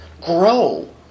grow